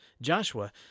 Joshua